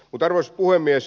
arvoisa puhemies